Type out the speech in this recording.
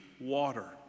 water